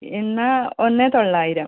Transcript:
എന്നാൽ ഒന്ന് തൊള്ളായിരം